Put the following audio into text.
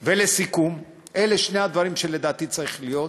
לסיכום, אלה שני הדברים שלדעתי צריך להיות.